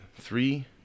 Three